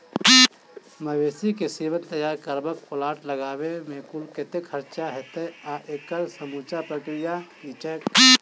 मवेसी केँ सीमन तैयार करबाक प्लांट लगाबै मे कुल कतेक खर्चा हएत आ एकड़ समूचा प्रक्रिया की छैक?